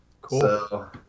cool